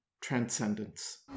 transcendence